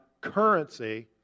currency